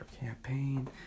campaign